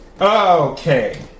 Okay